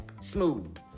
smooth